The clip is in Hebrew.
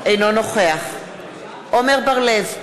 אינו נוכח עמר בר-לב,